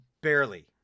Barely